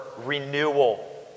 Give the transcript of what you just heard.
renewal